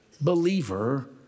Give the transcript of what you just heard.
believer